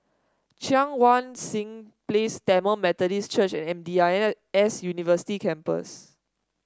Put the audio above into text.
Cheang Wan Seng Place Tamil Methodist Church M D I S University Campus